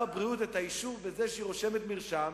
הבריאות את האישור לזה שהיא רושמת מרשם,